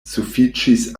sufiĉis